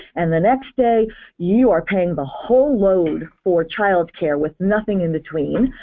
and the next day you are paying the whole load for childcare with nothing in between.